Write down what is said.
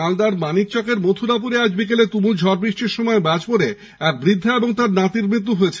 মালদার মাণিকচকের মথুরাপুরে আজ বিকেলে তুমুল ঝড় বৃষ্টির সময় বাজ পরে এক বৃদ্ধা ও তাঁর নাতির মৃত্যু হয়েছে